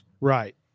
Right